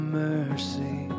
mercy